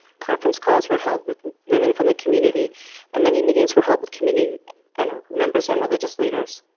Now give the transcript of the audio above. conference calls were held with women from the community and many meetings were held with community and members and religious leaders.